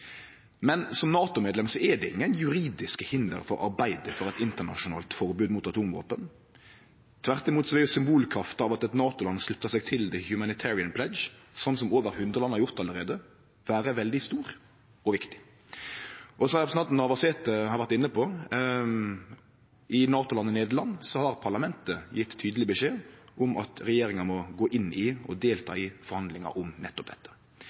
Men som NATO-medlem er det ingen juridiske hinder for å arbeide for eit internasjonalt forbod mot atomvåpen. Tvert imot vil symbolkrafta av at eit NATO-land sluttar seg til Humanitarian Pledge – som over 100 land har gjort allereie – vere veldig stor og viktig. Og som representanten Navarsete har vore inne på, i NATO-landet Nederland har parlamentet gjeve tydeleg beskjed om at regjeringa må gå inn i og delta i forhandlingar om nettopp dette.